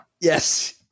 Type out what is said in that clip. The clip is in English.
Yes